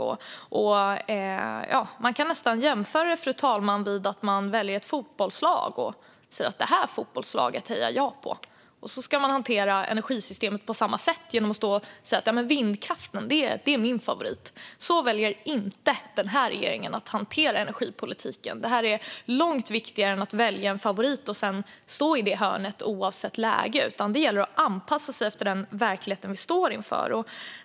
Man kan, fru talman, jämföra det med att säga att man hejar på ett fotbollslag och sedan hanterar energisystemet på samma sätt och säga att man har vindkraften som favorit. Så väljer inte den här regeringen att hantera energipolitiken. Den är långt viktigare än att välja en favorit och sedan stå kvar i det hörnet oavsett läge. Det gäller att anpassa sig efter den verklighet som vi står inför.